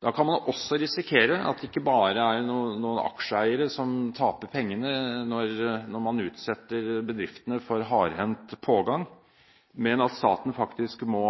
Da kan man risikere at det ikke bare er noen aksjeeiere som taper pengene når man utsetter bedriftene for hardhendt pågang, men at staten faktisk må